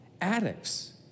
addicts